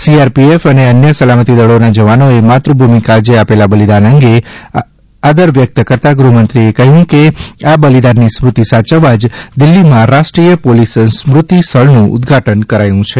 CRPF અને અન્ય સલામતી દળોના જવાનોએ માતૃભૂમિ કાજે આપેલા બલિદાન અંગે આદર વ્યકત કરતાં ગૃહમંત્રીએ કહયું કે આ બલિદાનની સ્મૃતિ સાચવવા જ દિલ્હીમાં રાષ્ટ્રીય પોલીસ સ્મૃતિ સ્થળનું ઉદઘાટન કરાયું છે